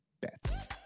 bets